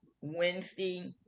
wednesday